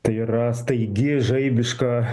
tai yra staigi žaibiška